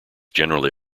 generally